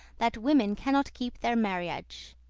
that women cannot keep their marriage.